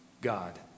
God